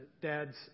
dads